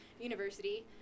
University